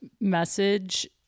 message